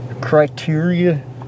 criteria